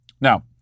Now